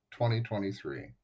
2023